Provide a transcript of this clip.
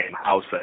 house